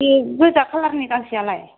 गोजा खालारनि गांसेयालाय